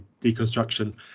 deconstruction